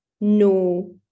no